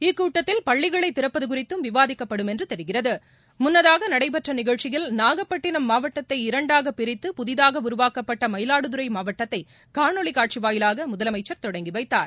இக்கூட்டத்தில் பள்ளிகளை திறப்பது குறித்தும் விவாதிக்கப்படும் என்று தெரிகிறது முன்னதாக நடைபெற்ற நிகழ்ச்சியில் நாகப்பட்டினம் மாவட்டத்தை இரண்டாக பிரித்து புதிதாக உருவாக்கப்பட்ட மயிலாடுதறை மாவட்டத்தை காணொளி காட்சி வாயிலாக முதலமைச்சா் தொடங்கி வைத்தார்